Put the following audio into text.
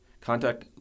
contact